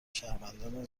شهروندان